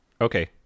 Okay